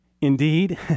Indeed